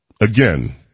again